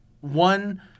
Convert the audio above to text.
one